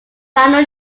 final